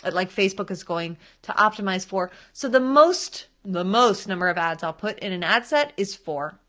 and like facebook is going to optimize for. so the most, the most number of ads i'll put in an ad set is four,